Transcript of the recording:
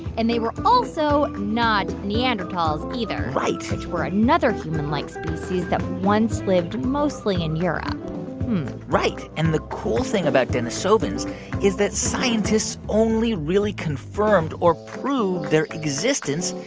and they were also not neanderthals, either right. which were another humanlike species that once lived mostly in europe right. and the cool thing about denisovans is that scientists only really confirmed, or proved their existence,